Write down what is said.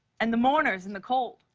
and the mourners in the cold.